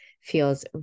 feels